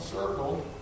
circle